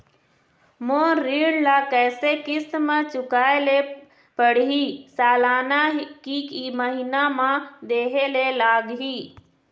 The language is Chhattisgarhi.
मोर ऋण ला कैसे किस्त म चुकाए ले पढ़िही, सालाना की महीना मा देहे ले लागही?